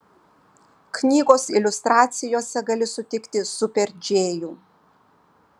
knygos iliustracijose gali sutikti super džėjų